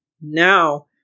now